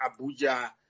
Abuja